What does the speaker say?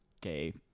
gay